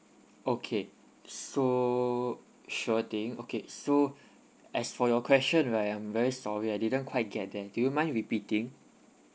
okay so sure thing okay so as for your question right I'm very sorry I didn't quite get then do you mind repeating